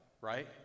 right